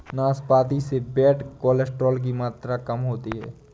नाशपाती से bad cholesterol की मात्रा कम होती है